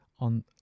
on